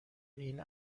این